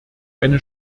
eine